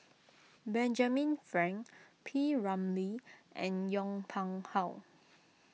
Benjamin Frank P Ramlee and Yong Pung How